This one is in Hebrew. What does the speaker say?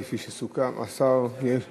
כפי שסוכם עם השר, ועדה.